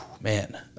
Man